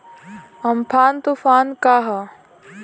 Amphan तुफान का ह?